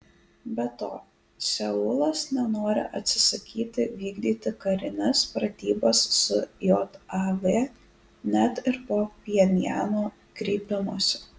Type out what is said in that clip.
be to seulas nenori atsisakyti vykdyti karines pratybas su jav net ir po pchenjano kreipimosi